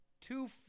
two